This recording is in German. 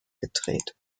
gedreht